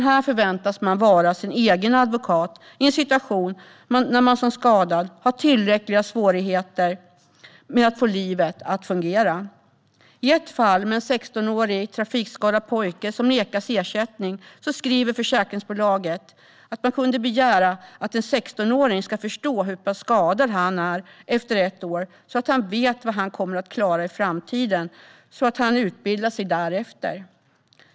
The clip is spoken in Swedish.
Här förväntas den skadade vara sin egen advokat i en situation då han eller hon har tillräckliga svårigheter att få livet att fungera. I ett fall där sextonårig trafikskadad pojke nekas ersättning skriver försäkringsbolaget att man kan begära att en sextonåring ska förstå hur pass skadad han är efter ett år, så att han vet vad han kommer att klara i framtiden och kan utbilda sig därefter.